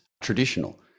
traditional